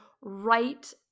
right